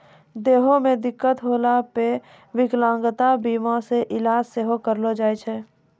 देहो मे दिक्कत होला पे विकलांगता बीमा से इलाज सेहो करैलो जाय छै